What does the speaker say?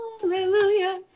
Hallelujah